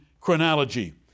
chronology